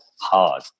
hard